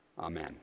Amen